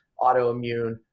autoimmune